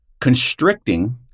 constricting